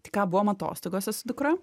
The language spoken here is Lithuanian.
tik ką buvom atostogose su dukra